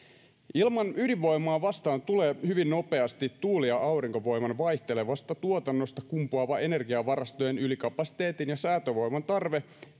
ilman ydinvoimaa vastaan tulee hyvin nopeasti tuuli ja aurinkovoiman vaihtelevasta tuotannosta kumpuava energiavarastojen ylikapasiteetin ja säätövoiman tarve